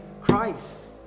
Christ